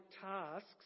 tasks